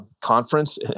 conference